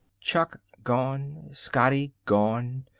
chuck gone. scotty gone.